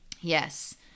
Yes